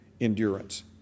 endurance